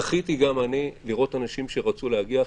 גם אני זכיתי לראות אנשים שרצו להגיע.